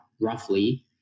roughly